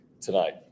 tonight